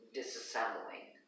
disassembling